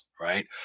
right